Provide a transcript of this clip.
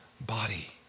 body